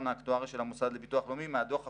האקטוארי של המוסד לביטוח לאומי מהדוח הקודם,